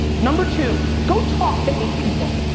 number two, go talk to eight people,